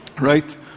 right